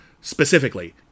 Specifically